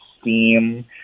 STEAM